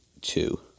two